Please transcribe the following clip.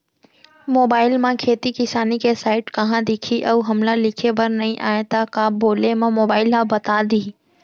Mobile म खेती किसानी के साइट कहाँ दिखही अऊ हमला लिखेबर नई आय त का बोले म मोबाइल ह बता दिही?